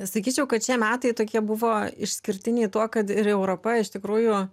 sakyčiau kad šie metai tokie buvo išskirtiniai tuo kad ir europa iš tikrųjų